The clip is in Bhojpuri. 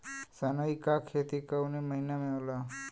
सनई का खेती कवने महीना में होला?